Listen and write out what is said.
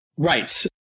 Right